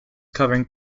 covering